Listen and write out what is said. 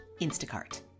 Instacart